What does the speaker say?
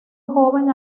joven